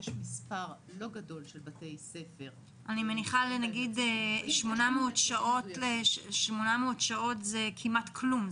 יש מספר לא גדול של בתי ספר --- 800 שעות זה כמעט כלום,